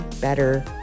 better